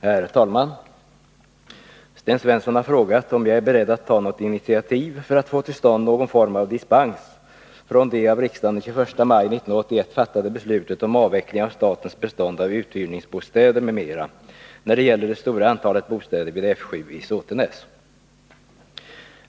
Herr talman! Sten Svensson har frågat mig om jag är beredd att ta något initiativ för att få till stånd någon form av dispens från det av riksdagen den 21 maj 1981 fattade beslutet om avveckling av statens bestånd av uthyrningsbostäder m.m., när det gäller det stora antalet bostäder vid F7 i Såtenäs.